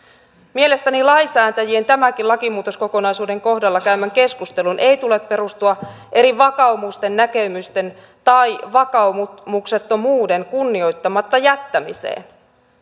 mielestäni lainsäätäjien tämänkin lakimuutoskokonaisuuden kohdalla käymän keskustelun ei tule perustua eri vakaumusten näkemysten tai vakaumuksettomuuden kunnioittamatta jättämiseen